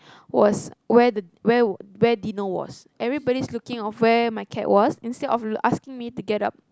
was where the where would where Dino was everybody's looking of where my cat was instead of asking me to get up